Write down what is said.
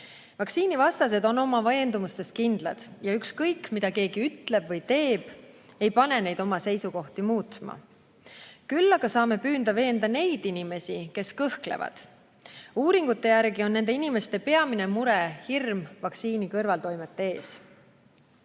Vaktsiinivastased on oma veendumustes kindlad ja ükskõik, mida keegi ütleb või teeb, ei pane see neid oma seisukohti muutma. Küll aga saame püüda veenda neid inimesi, kes kõhklevad. Uuringute järgi on nende inimeste peamine mure hirm vaktsiini kõrvaltoimete ees.